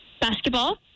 basketball